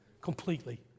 completely